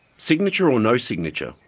signature or no signature,